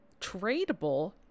tradable